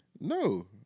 No